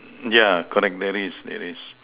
yeah collect berries it is